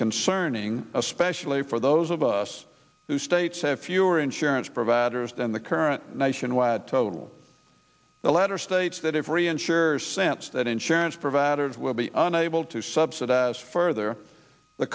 concerning especially for those of us who states have fewer insurance providers than the current nationwide total the letter states that every insurer sense that insurance providers will be unable to subsidize further the